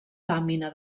làmina